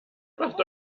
macht